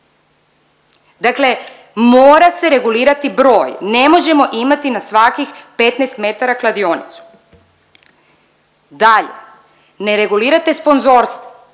Dakle, mora se regulirati broj, ne možemo imati na svakih 15 metara kladionicu. Dalje, ne regulirate sponzorstvo.